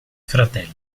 fratelli